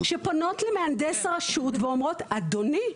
שפונות למהנדס הרשות ואומרות: אדוני,